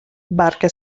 barca